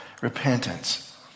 repentance